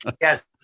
Yes